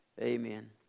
Amen